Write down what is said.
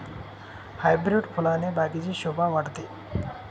hybrid फुलाने बागेची शोभा वाढते